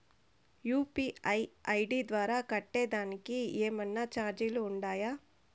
UPI ID ద్వారా కట్టేదానికి ఏమన్నా చార్జీలు ఉండాయా?